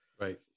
right